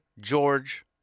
George